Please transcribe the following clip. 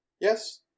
Yes